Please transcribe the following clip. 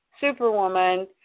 superwoman